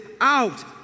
out